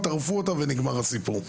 טרפו אותה ונגמר הסיפור.